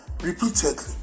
repeatedly